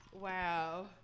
Wow